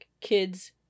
kids